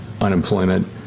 unemployment